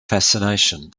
fascination